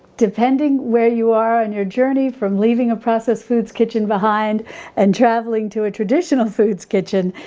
depending where you are on your journey from leaving a processed foods kitchen behind and traveling to a traditional foods kitchen,